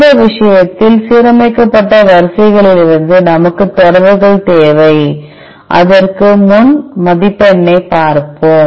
இந்த விஷயத்தில் சீரமைக்கப்பட்ட வரிசைகளிலிருந்து நமக்குத் தொடர்கள் தேவை அதற்கு முன் மதிப்பெண்ணைப் பார்ப்போம்